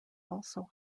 also